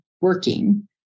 working